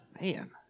Man